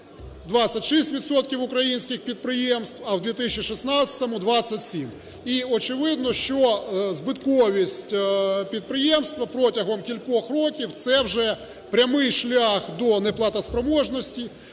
українських підприємств, а у 2016 році 27. І, очевидно, що збитковість підприємства протягом кількох років – це вже прямий шлях до неплатоспроможності,